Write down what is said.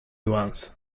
once